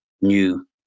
new